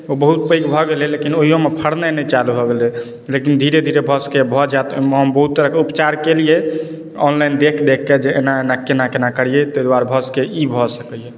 ओ बहुत पैघ भऽ गेलै लेकिन ओहियोमे फड़नाइ नहि चालू भऽ गेलै लेकिन धीरे धीरे भऽ सकैए भऽ जाइ ओहिमे हम बहुत तरहके उपचार केलियै ऑनलाइन देखि देखिके जे एना एना केना केना करियै ताहि दुआरे भऽ सकैए ई भऽ सकैए